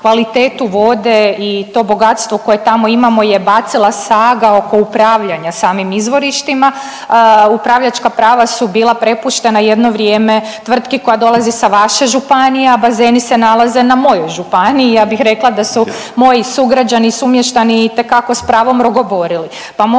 kvalitetu vode i to bogatstvo koje tamo imamo je bacila saga oko upravljanja samim izvorištima, upravljačka prava su bila prepuštena jedno vrijeme tvrtki koja dolazi sa vaše županije, a bazeni se nalaze na mojoj županiji i ja bih rekla da su moji sugrađani i sumještani itekako s pravom rogoborili,